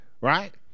right